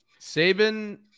Saban